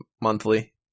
monthly